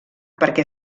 perquè